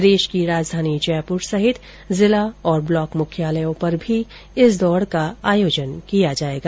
प्रदेश की राजधानी जयपुर सहित जिला और ब्लॉक मुख्यालयों पर भी इस दौड का आयोजन किया जायेगा